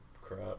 crap